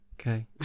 Okay